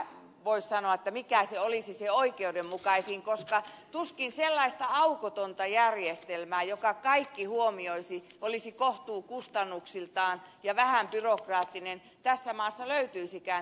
en minä voi sanoa mikä olisi se oikeudenmukaisin koska tuskin sellaista aukotonta järjestelmää joka kaikki huomioisi olisi kohtuullinen kustannuksiltaan ja vähän byrokraattinen tässä maassa löytyisikään